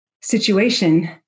situation